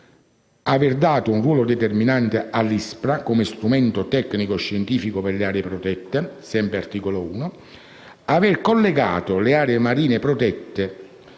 aver dato un ruolo determinante all'ISPRA come strumento tecnico scientifico per le aree protette (articolo 1); aver collegato le aree marine protette